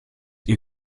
ihr